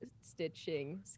stitching